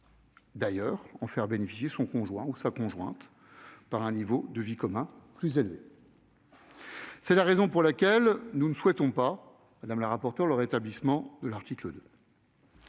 d'ailleurs, en faire bénéficier son conjoint ou sa conjointe, par un niveau de vie commun plus élevé. C'est la raison pour laquelle nous ne souhaitons pas, madame la rapporteure, le rétablissement de l'article 2.